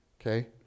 Okay